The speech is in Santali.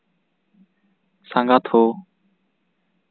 ᱥᱟᱸᱜᱟᱛ ᱦᱳ